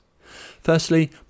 Firstly